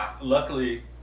luckily